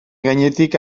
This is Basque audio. gainetik